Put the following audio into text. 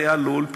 זה היה לול,